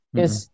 Yes